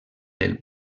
del